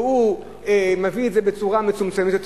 והוא מביא את זה בצורה מצומצמת יותר,